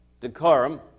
decorum